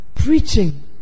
preaching